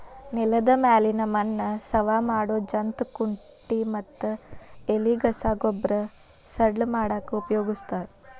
ನೆಲದ ಮ್ಯಾಲಿನ ಮಣ್ಣ ಸವಾ ಮಾಡೋ ಜಂತ್ ಕುಂಟಿ ಮತ್ತ ಎಲಿಗಸಾ ಗೊಬ್ಬರ ಸಡ್ಲ ಮಾಡಾಕ ಉಪಯೋಗಸ್ತಾರ